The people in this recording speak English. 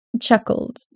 chuckled